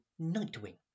Nightwing